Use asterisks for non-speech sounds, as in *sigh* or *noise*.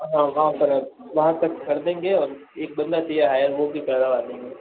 हाँ *unintelligible* वहाँ तक कर देंगे और एक बंदा चाहिए हायर वो भी करवा देंगे